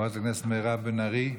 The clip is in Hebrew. חברת הכנסת מירב בן ארי,